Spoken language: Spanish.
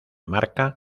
marca